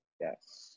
Yes